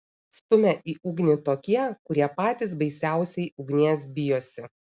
stumia į ugnį tokie kurie patys baisiausiai ugnies bijosi